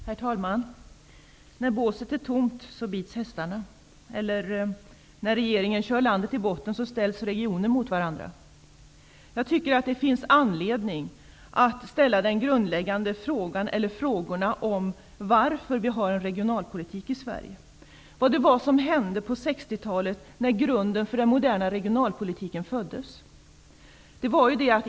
Herr talman! När båset är tomt, bits hästarna. Eller: När regeringen kör landet i botten, ställs regioner mot varandra. Det finns anledning att ställa de grundläggande frågorna om varför vi har en regionalpolitik i Sverige. Vad var det som hände under 60-talet, då den moderna regionalpolitiken föddes?